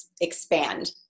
expand